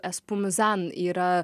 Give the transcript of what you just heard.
espumizan yra